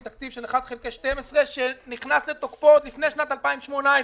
תקציב של 1/12 שנכנס לתוקפו עוד לפני שנת 2018 בכלל.